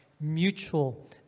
mutual